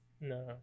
No